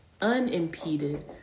unimpeded